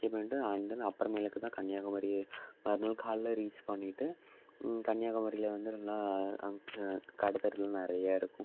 stay பண்ணிவிட்டு and then அப்புறமேலுக்கு தான் கன்னியாகுமரியே மறுநாள் காலைல ரீச் பண்ணிவிட்டு கன்னியாகுமரியில் வந்து ரெண்டு நாளாக அங்கே கடைத்தெருவெலாம் நிறைய இருக்கும்